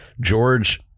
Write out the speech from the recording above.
George